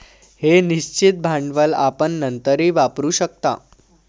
हे निश्चित भांडवल आपण नंतरही वापरू शकता